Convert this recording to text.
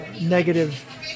negative